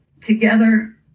Together